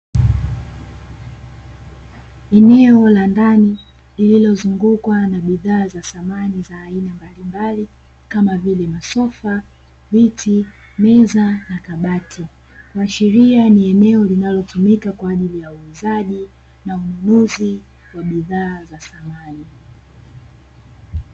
Eneo la ndani lililozungukwa na bidhaa za samani za aina mbalimbali kama vile masofa, viti, meza na kabati. Kuashiria ni eneo linalotumika kwa ajili ya uuzaji na ununuzi wa bidhaa za samani.